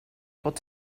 pot